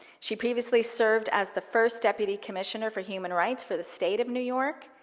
she previously served as the first deputy commissioner for human rights for the state of new york,